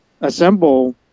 assemble